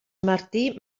martí